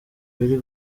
biri